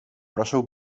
proszę